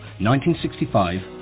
1965